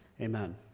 Amen